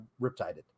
riptided